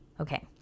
Okay